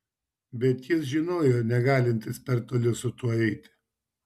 bet jis žinojo negalintis per toli su tuo eiti